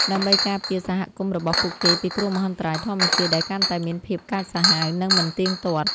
ដើម្បីការពារសហគមន៍របស់ពួកគេពីគ្រោះមហន្តរាយធម្មជាតិដែលកាន់តែមានភាពកាចសាហាវ និងមិនទៀងទាត់។